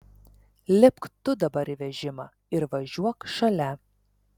lipk tu dabar į vežimą ir važiuok šalia